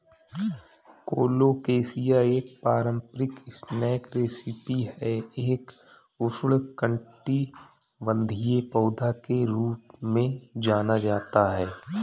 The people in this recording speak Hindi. कोलोकेशिया एक पारंपरिक स्नैक रेसिपी है एक उष्णकटिबंधीय पौधा के रूप में जाना जाता है